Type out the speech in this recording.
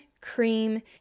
cream